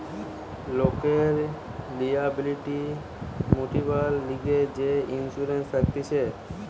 লোকের লিয়াবিলিটি মিটিবার লিগে যে ইন্সুরেন্স থাকতিছে